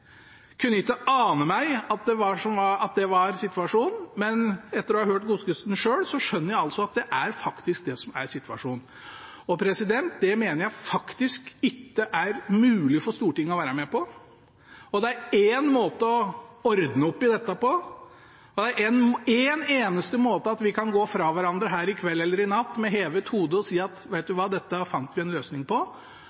kunne ikke ane at det var situasjonen, men etter å ha hørt Godskesen selv skjønner jeg at det er det som er situasjonen. Og det mener jeg faktisk ikke er mulig for Stortinget å være med på. Det er én måte å ordne opp i dette på, det er én eneste måte vi kan gå fra hverandre her i kveld, eller i natt, med hevet hode og si at